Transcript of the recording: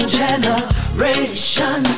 generation